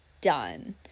done